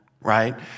right